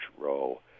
role